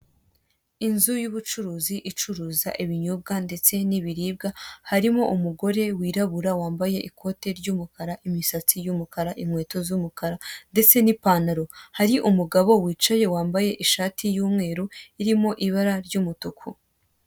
Inzu y'ubucuruzi icuruza ibinyobwa ndetse n'ibiribwa, harimo umugore wirabura wambaye ikote ry'umukara, imisatsi y'umukara, inkweto z'umukara ndetse n'ipantaro. Hari umugabo wicaye wambaye ishati y'umweru irimo ibara ry'umutuku.